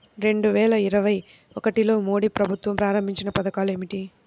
రెండు వేల ఇరవై ఒకటిలో మోడీ ప్రభుత్వం ప్రారంభించిన పథకాలు ఏమిటీ?